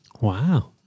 Wow